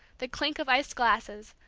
the clink of iced glasses,